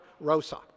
Rosa